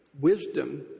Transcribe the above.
wisdom